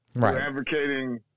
advocating